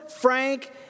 frank